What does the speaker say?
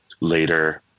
later